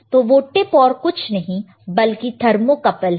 तो वो टिप और कुछ नहीं बल्कि थर्मोकपल है